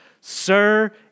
Sir